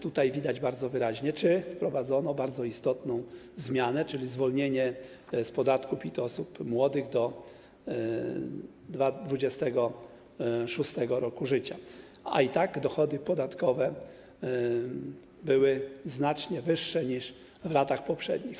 Tutaj widać więc bardzo wyraźnie, że wprowadzono bardzo istotną zmianę, czyli zwolnienie z podatku PIT osób młodych do 26. roku życia, a i tak dochody podatkowe były znacznie wyższe niż w latach poprzednich.